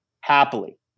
happily